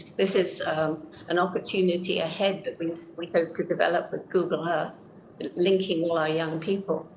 this is an opportunity ahead that we we hope to develop with google earth linking all our young people.